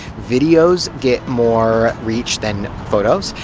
videos get more reach than photos.